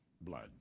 blood